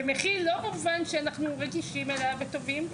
ומכיל לא במובן שאנחנו רגישים אליו וטובים,